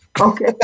Okay